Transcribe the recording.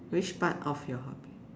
which part of your